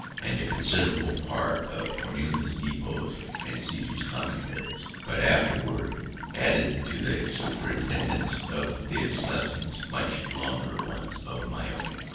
and a considerable part of cornelius nepos and caesar's commentaries, but afterwards added to the superintendence of these lessons, much longer ones of my own.